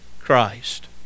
Christ